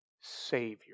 Savior